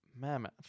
mammoth